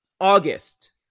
August